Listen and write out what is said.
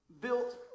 built